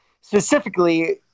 specifically